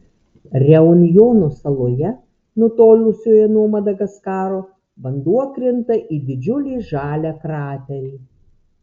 reunjono saloje nutolusioje nuo madagaskaro vanduo krinta į didžiulį žalią kraterį